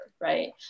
right